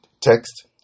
text